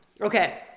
Okay